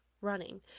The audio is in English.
running